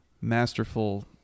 masterful